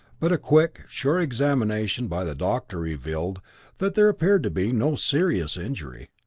but a quick, sure examination by the doctor revealed that there appeared to be no serious injury.